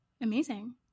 amazing